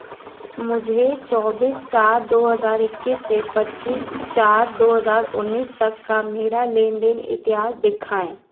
मुझे चौबीस सात दो हज़ार इक्कीस से पच्चीस चार दो हज़ार उन्नीस तक का मेरा लेन देन इतिहास दिखाएँ